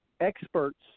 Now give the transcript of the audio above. experts